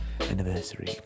anniversary